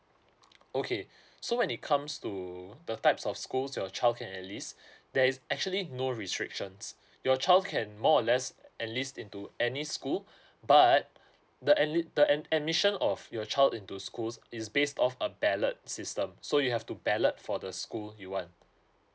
okay so when it comes to the types of schools your child can enlist there is actually no restrictions your child can more or less enlist into any school but the enlist the add admission of your child into schools is based on a ballot system so you have to ballot for the school you want